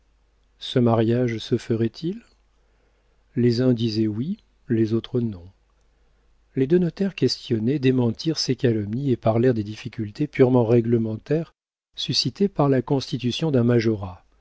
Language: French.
ce mariage se ferait-il les uns disaient oui les autres non les deux notaires questionnés démentirent ces calomnies et parlèrent des difficultés purement réglementaires suscitées par la constitution d'un majorat